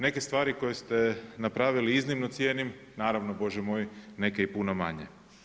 Neke stvari koje ste napravili iznimno cijenim, naravno bože moj, neke i puno manje.